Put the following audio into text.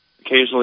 occasionally